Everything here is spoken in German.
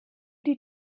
die